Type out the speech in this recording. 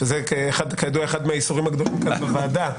שזה כידוע אחד מהאיסורים הגדולים כאן בוועדה.